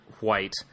white